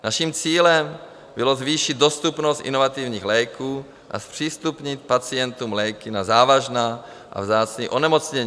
Naším cílem bylo zvýšit dostupnost inovativních léků a zpřístupnit pacientům léky na závažná a vzácná onemocnění.